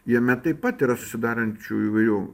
jame taip pat yra susidarančių įvairių